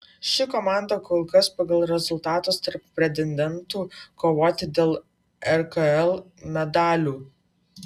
ši komanda kol kas pagal rezultatus tarp pretendentų kovoti dėl rkl medalių